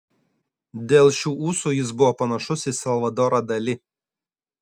dėl šių ūsų jis buvo panašus į salvadorą dali